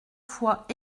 fois